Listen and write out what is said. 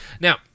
Now